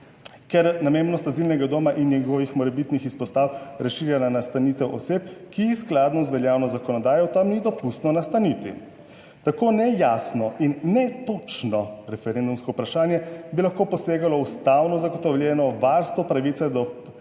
- 14.25 (Nadaljevanje) njegovih morebitnih izpostav razširja na nastanitev oseb, ki jih skladno z veljavno zakonodajo tam ni dopustno nastaniti. Tako nejasno in netočno referendumsko vprašanje bi lahko poseglo v ustavno zagotovljeno varstvo pravice